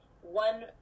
one